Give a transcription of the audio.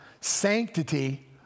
sanctity